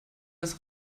das